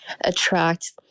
attract